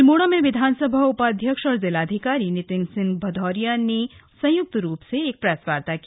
अल्मोड़ा में विधानसभा उपाध्यक्ष और जिलाधिकारी नितिन सिंह भदौरिया ने संयुक्त रूप से एक प्रेसवार्ता की